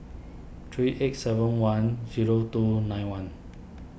three eight seven one zero two nine one